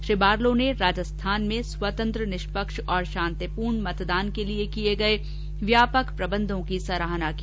Shri Barlow ने राजस्थान में स्वतंत्र निष्पक्ष और शांतिपूर्ण मतदान के लिए किए गए व्यापक प्रबंधोंकी सराहना की